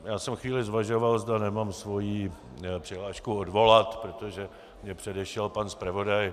Já jsem chvíli zvažoval, zda nemám svoji přihlášku odvolat, protože mě předešel pan zpravodaj.